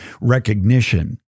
recognition